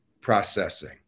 processing